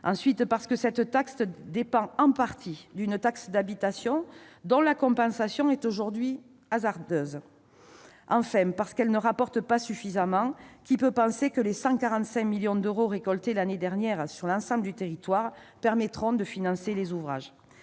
ensuite, parce que cette taxe dépend en partie d'une taxe d'habitation dont la compensation est actuellement encore hasardeuse ; enfin, parce qu'elle ne rapporte pas suffisamment. Qui peut penser que les 145 millions d'euros récoltés l'année dernière sur l'ensemble du territoire permettront de financer les ouvrages ?